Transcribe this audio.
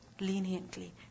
leniently